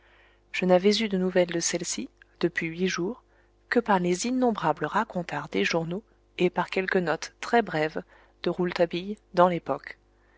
je n'avais eu de nouvelles de celle-ci depuis huit jours que par les innombrables racontars des journaux et par quelques notes très brèves de rouletabille dans l'époque